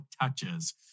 touches